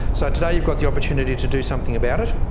so today you've got the opportunity to do something about it.